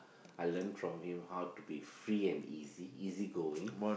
I learn from him how to be free and easy easy going